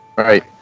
right